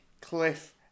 Cliff